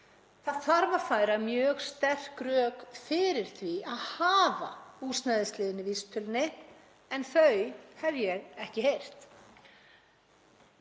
Það þarf að færa mjög sterk rök fyrir því að hafa húsnæðisliðinn í vísitölunni en þau hef ég ekki heyrt.